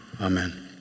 Amen